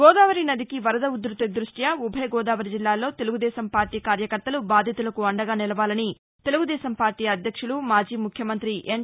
గోదావరి నదికి వరద ఉధృత దృష్ట్యి ఉభయగోదావరి జిల్లాల్లో తెలుగు దేశం పార్టీ కార్యకర్తలు బాధితులకు అండగా నిలవాలని తెలుగు దేశం పార్టీ అధ్యక్షులు మాజీ ముఖ్యమంత్రి ఎన్